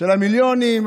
של המיליונים,